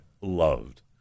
loved